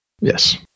Yes